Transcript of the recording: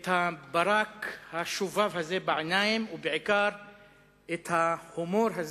את הברק השובב הזה בעיניים, ובעיקר את ההומור,